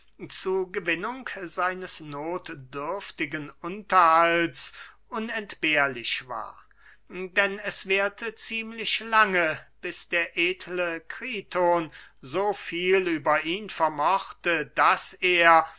zu gewinnung seines nothdürftigen unterhalts unentbehrlich war denn es währte ziemlich lange bis der edle kriton so viel über ihn vermochte daß er